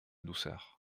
douceur